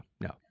no